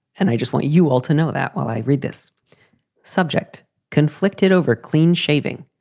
and i just want you all to know that while i read this subject conflicted over clean shaving.